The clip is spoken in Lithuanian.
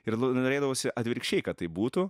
ir norėdavosi atvirkščiai kad taip būtų